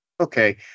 Okay